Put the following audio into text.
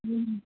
ह्म्म